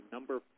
Number